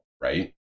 right